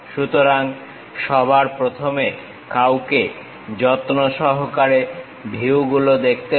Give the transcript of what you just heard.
সুতরাং সবার প্রথমে কাউকে যত্নসহকারে ভিউগুলো দেখতে হয়